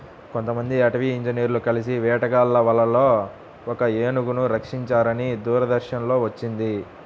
కొంతమంది అటవీ ఇంజినీర్లు కలిసి వేటగాళ్ళ వలలో ఒక ఏనుగును రక్షించారని దూరదర్శన్ లో వచ్చింది